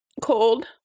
cold